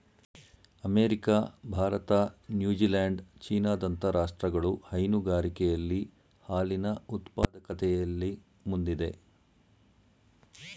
America, Bharat, New Zealand, China ದಂತ ರಾಷ್ಟ್ರಗಳು ಹೈನುಗಾರಿಕೆಯಲ್ಲಿ ಹಾಲಿನ ಉತ್ಪಾದಕತೆಯಲ್ಲಿ ಮುಂದಿದೆ